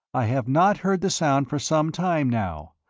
i have not heard the sound for some time now.